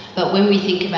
but when we think about